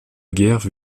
guerre